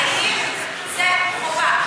האם זה חובה?